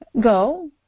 go